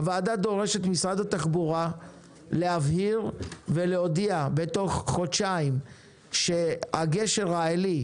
הוועדה דורשת ממשרד התחבורה להבהיר ולהודיע בתוך חודשיים שהגשר העילי